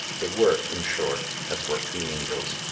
they work, in short, as work the angels.